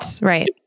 right